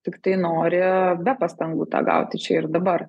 tiktai nori be pastangų tą gauti čia ir dabar